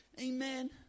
Amen